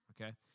Okay